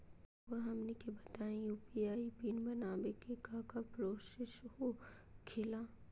रहुआ हमनी के बताएं यू.पी.आई पिन बनाने में काका प्रोसेस हो खेला?